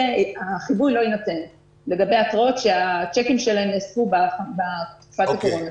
שהחיווי לא יינתן לגבי התראות שהצ'קים שלהם נוספו בתקופה של קורונה.